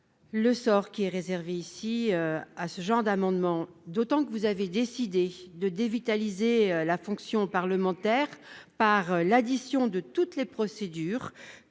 le sort qui est réservé ici à ce genre d'amendement, d'autant que vous avez décidé de dévitaliser la fonction parlementaire par l'addition de toutes les procédures